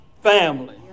family